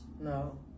No